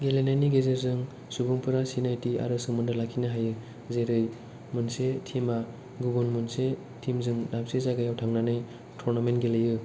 गेलेनायनि गेजेरजों सुबुंफोरा सिनायथि आरो सोमोन्दो लाखिनो हायो जेरै मोनसे टिमआ गुबुन मोनसे टिमजों दाबसे जायगायाव थांनानै टरनामेन्ट गेलेयो